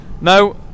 No